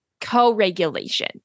co-regulation